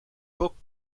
book